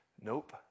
Nope